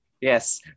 Yes